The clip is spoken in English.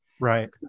Right